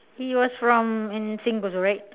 he was from n sync also right